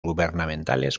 gubernamentales